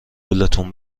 گولتون